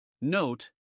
Note